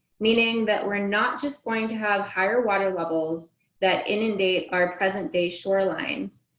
meaning that we're not just going to have higher water levels that inundate our present-day shorelines.